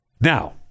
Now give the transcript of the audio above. now